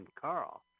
Carl